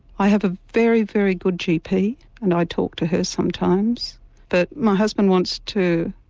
i have a very, very good gp and i talk to her sometimes but my husband wants to,